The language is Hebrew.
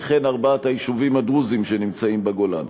וכן ארבעת היישובים הדרוזיים שנמצאים בגולן,